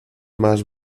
más